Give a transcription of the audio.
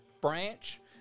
branch